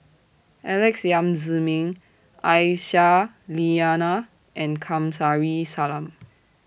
Alex Yam Ziming Aisyah Lyana and Kamsari Salam